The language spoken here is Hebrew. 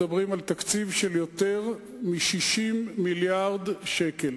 מדברים על תקציב של יותר מ-60 מיליארד שקל.